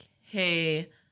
Hey